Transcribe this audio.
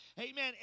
Amen